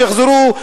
שיחזרו.